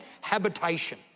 habitation